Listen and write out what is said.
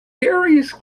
darius